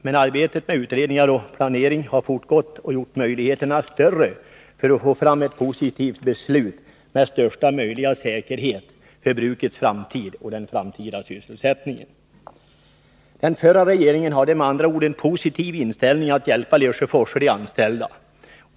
Men arbetet med utredningar och planering har fortgått och gjort möjligheterna större att få fram ett positivt beslut med största möjliga säkerhet för brukets framtid och för den framtida sysselsättningen. Den förra regeringen hade med andra ord en positiv inställning till att hjälpa Lesjöfors och de anställda.